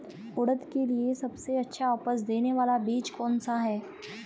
उड़द के लिए सबसे अच्छा उपज देने वाला बीज कौनसा है?